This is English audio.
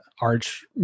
arch